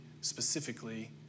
specifically